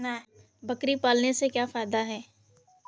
बकरी पालने से क्या फायदा है?